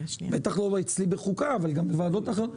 בטח לא אצלי בחוקה אבל גם לא בוועדות אחרות,